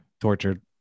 tortured